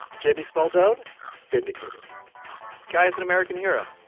jayme smaldone vindicated guy is an american hero